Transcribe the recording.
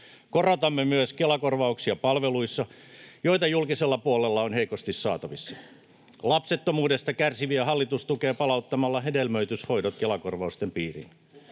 Korotamme myös Kela-korvauksia palveluissa, joita julkisella puolella on heikosti saatavissa. Lapsettomuudesta kärsiviä hallitus tukee palauttamalla hedelmöityshoidot Kela-korvausten piiriin.